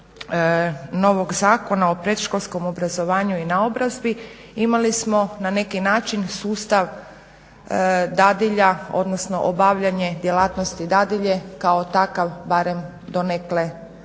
donošenja novog Zakona o predškolskom obrazovanju i naobrazbi imali smo na neki način sustav dadilja, odnosno obavljanje djelatnosti dadilje kao takav barem donekle riješen.